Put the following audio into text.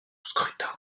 scrutin